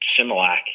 Similac